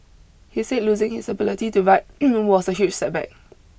he said losing his ability to write was a huge setback